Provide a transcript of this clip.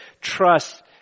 trust